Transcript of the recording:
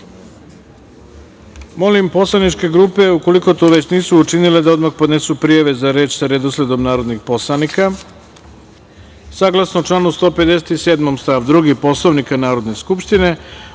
poslaničke grupe, ukoliko to već nisu učinile, da odmah podnesu prijave za reč sa redosledom narodnih poslanika. Saglasno članu 157. stav 2. Poslovnika Narodne skupštine,